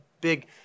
big